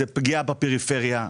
זאת פגיעה בפריפריה,